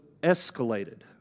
escalated